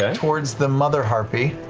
ah towards the mother harpy.